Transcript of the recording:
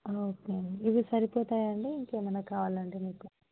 okay అండి ఇవి సరిపోతాయా అండి ఇంకా ఏమన్న కావాలా అండి మీకు